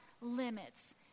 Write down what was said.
limits